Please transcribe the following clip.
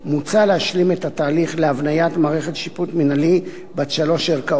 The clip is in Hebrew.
מוצע להשלים את התהליך להבניית מערכת שיפוט מינהלי בת שלוש ערכאות.